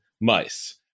mice